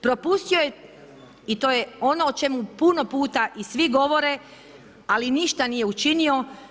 Propustio je.. i to je ono o čemu puno puta i svi govore ali ništa nije učinio.